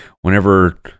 whenever